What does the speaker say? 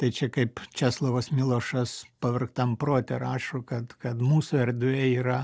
tai čia kaip česlovas milošas pavergtam prote rašo kad kad mūsų erdvė yra